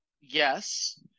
yes